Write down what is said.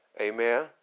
Amen